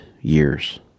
years